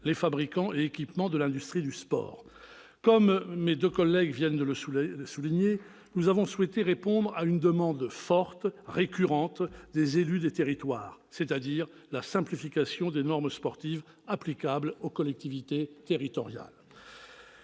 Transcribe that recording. les fabricants et équipementiers de l'industrie du sport. Comme mes collègues viennent de le souligner, nous avons souhaité répondre à une demande forte et récurrente des élus des territoires, à savoir la simplification des normes sportives applicables aux collectivités territoriales.